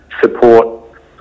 support